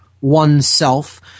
oneself